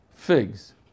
Figs